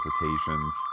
interpretations